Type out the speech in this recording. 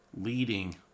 Leading